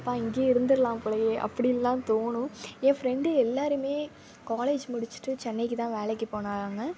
அப்பா இங்கையே இருந்துடலாம் போலயே அப்படினுலாம் தோணும் என் ஃப்ரெண்ட்டு எல்லோருமே காலேஜ் முடிச்சுட்டு சென்னைக்கு தான் வேலைக்கு போனாங்க